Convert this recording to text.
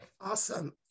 Awesome